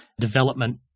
development